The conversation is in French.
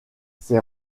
ses